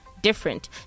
different